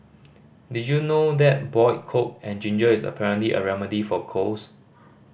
did you know that boiled coke and ginger is apparently a remedy for colds